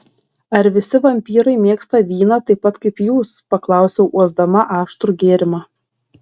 ar visi vampyrai mėgsta vyną taip pat kaip jūs paklausiau uosdama aštrų gėrimą